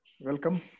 welcome